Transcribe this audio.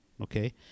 okay